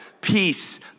peace